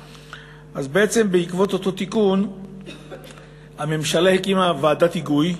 בעצם, בעקבות אותו תיקון הממשלה הקימה ועדת היגוי.